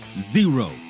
zero